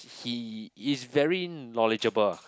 he is very knowledgeable ah